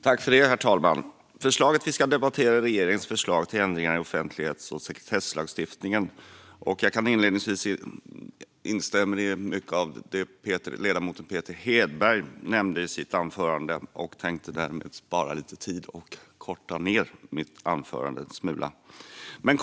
Herr talman! Vi debatterar regeringens förslag till ändringar i offentlighets och sekretesslagen. Jag instämmer i mycket av det som ledamoten Peter Hedberg nämnde i sitt anförande och tänker därför korta ned mitt anförande en smula för att spara lite tid.